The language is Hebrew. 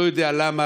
אני לא יודע למה,